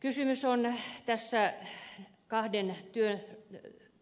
kysymys on tässä kahden